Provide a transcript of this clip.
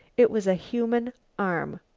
it was a human arm.